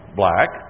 black